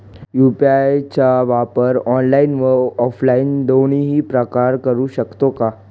UPI चा वापर online व ऑफलाईन दोन्ही प्रकारे करु शकतो का?